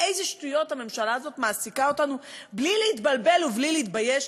באיזה שטויות הממשלה הזאת מעסיקה אותנו בלי להתבלבל ובלי להתבייש.